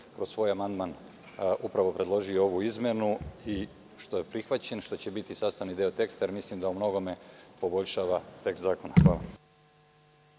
kroz svoj amandman Odbor upravo predložio ovu izmeni, i što je prihvaćen i što će biti sastavni deo teksta jer mislim da on u mnogome poboljšava tekst zakona. Hvala.